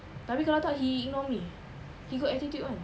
tapi kalau tak he ignore me he got attitude [one]